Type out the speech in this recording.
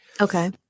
Okay